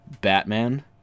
Batman